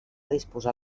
disposar